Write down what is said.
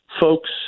folks